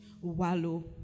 wallow